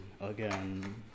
again